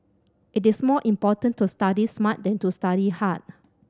it is more important to study smart than to study hard